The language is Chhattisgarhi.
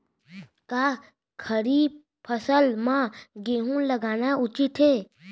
का खरीफ फसल म गेहूँ लगाना उचित है?